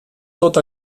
tot